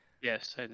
Yes